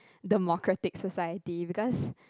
democratic society because